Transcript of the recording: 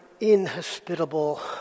inhospitable